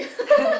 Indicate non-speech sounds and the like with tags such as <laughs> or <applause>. <laughs>